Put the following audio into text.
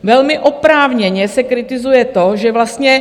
Velmi oprávněně se kritizuje to, že vlastně...